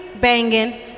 banging